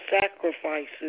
sacrifices